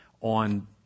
on